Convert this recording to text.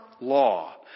law